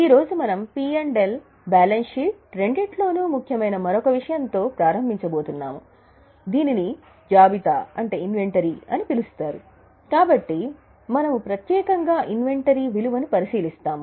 ఈ రోజు మనం పి ఎల్ విలువను పరిశీలిస్తాము